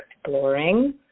exploring